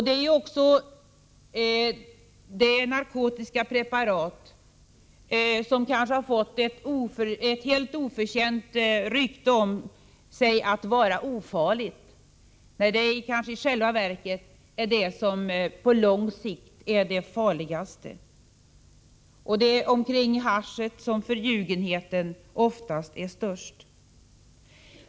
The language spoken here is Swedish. Det är också det narkotiska preparat som fått ett helt oförtjänt rykte om sig att vara ofarligt, när det i själva verket är det preparat som på lång sikt är det farligaste. Det är omkring haschet som förljugenheten ofta är störst.